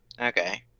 Okay